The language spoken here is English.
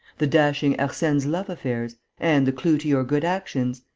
the dashing arsene's love-affairs. and the clue to your good actions?